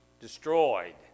destroyed